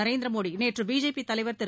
நரேந்திர மோடி நேற்று பிஜேபி தலைவர் திரு